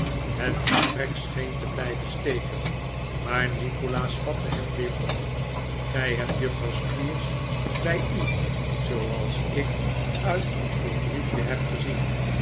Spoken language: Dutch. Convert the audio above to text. het gesprek scheen te blijven steken maar nikolaas vatte het weer op gij hebt juffrouw squeers bij u zooals ik uit uw briefje heb gezien